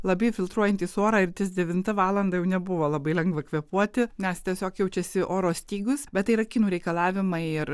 labai filtruojantys orą ir ties devintą valandą nebuvo labai lengva kvėpuoti nes tiesiog jaučiasi oro stygius bet tai yra kinų reikalavimai ir